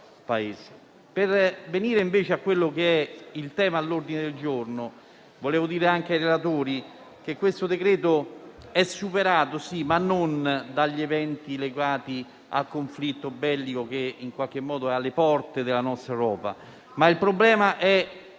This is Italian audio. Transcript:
Per venire al tema all'ordine del giorno, vorrei dire anche ai relatori che questo decreto è superato, sì, ma non a causa degli eventi legati al conflitto bellico che in qualche modo è alle porte della nostra Europa, perché il problema è